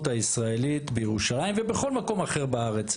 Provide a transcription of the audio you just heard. הישראלית בירושלים ובכל מקום אחר בארץ,